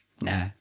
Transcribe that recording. Nah